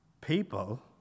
people